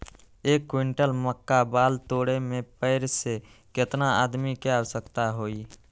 एक क्विंटल मक्का बाल तोरे में पेड़ से केतना आदमी के आवश्कता होई?